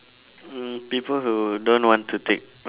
mm people who don't want to take like